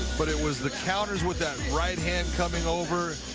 but it was the counter with that right hand coming over.